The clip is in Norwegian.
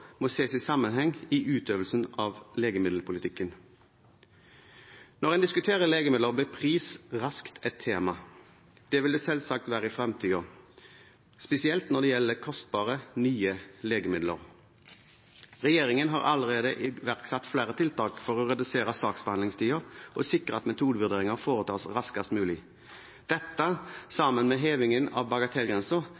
må ses i sammenheng i utøvelsen av legemiddelpolitikken. Når en diskuterer legemidler, blir pris raskt et tema. Det vil det selvsagt være i fremtiden også, spesielt når det gjelder kostbare nye legemidler. Regjeringen har allerede iverksatt flere tiltak for å redusere saksbehandlingstiden og sikre at metodevurderinger foretas raskest mulig. Dette,